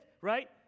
right